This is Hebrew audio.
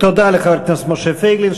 תודה לחבר הכנסת משה פייגלין.